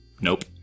Nope